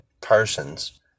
persons